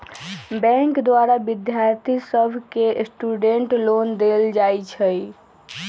bank द्वारा विद्यार्थि सभके स्टूडेंट लोन देल जाइ छइ